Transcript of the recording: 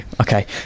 Okay